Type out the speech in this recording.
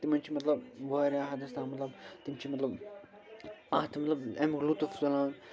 تِمن چھِ مطلب وارِیاہ حدس تام مطلب تِم چھِ مطلب اتھ مطلب امیُک لُطف تُلان